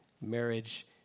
marriage